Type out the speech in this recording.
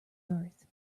earth